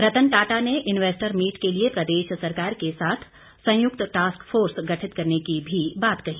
रत्न टाटा ने investor meet के लिए प्रदेश सरकार के साथ संयुक्त टास्क फोर्स गठित करने की बात भी कही